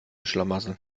schlamassel